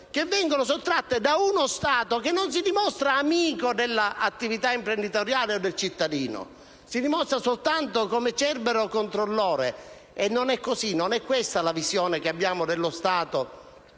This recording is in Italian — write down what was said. che vengono sottratte da uno Stato che non si dimostra amico dell'attività imprenditoriale e del cittadino, ma soltanto un Cerbero controllore. E non è così, non è questa la visione che abbiamo dello Stato